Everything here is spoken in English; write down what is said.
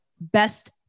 Best